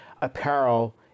Apparel